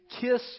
kiss